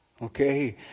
Okay